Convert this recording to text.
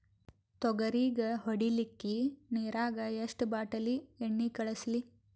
ತೊಗರಿಗ ಹೊಡಿಲಿಕ್ಕಿ ನಿರಾಗ ಎಷ್ಟ ಬಾಟಲಿ ಎಣ್ಣಿ ಕಳಸಲಿ?